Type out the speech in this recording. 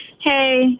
Hey